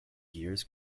gears